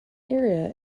area